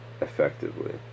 effectively